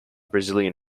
brazilian